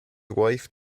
wife